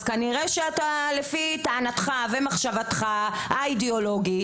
אז כנראה שאתה לפי טענתך ומחשבתך האידאולוגית,